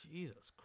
Jesus